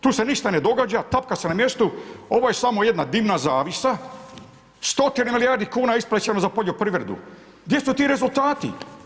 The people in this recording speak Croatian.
Tu se ništa ne događa, tapkamo se na mjestu, ovo je samo jedna dimna zavjesa, stotine milijardi kuna je isplaćeno za poljoprivredu, gdje su ti rezultati?